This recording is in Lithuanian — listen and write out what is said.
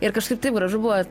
ir kažkaip taip gražu buvo